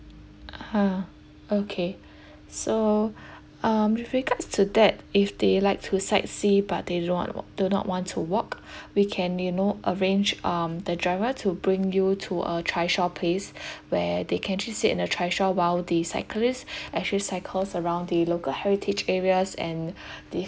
(uh huh) okay so um with regards to that if they like to sightsee but they don~ do not want to walk we can you know arrange um the driver to bring you to a trishaw place where they can just sit in a trishaw while the cyclist actually cycles around the local heritage areas and the